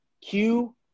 Q-